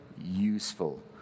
useful